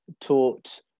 taught